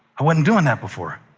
i wasn't doing that before.